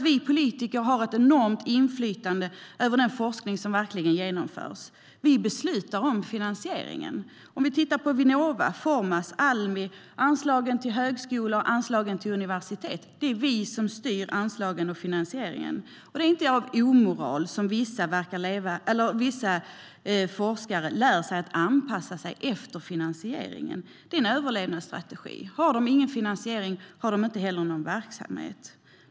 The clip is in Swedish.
Vi politiker har ett enormt inflytande över den forskning som genomförs, för vi beslutar om finansieringen. Vi styr över anslag och finansiering till Vinnova, Formas, Almi och universiteten. Det är inte av omoral som vissa forskare lär sig att anpassa sig efter finansieringen. Det är en överlevnadsstrategi. Har de ingen finansiering har de inte heller någon verksamhet.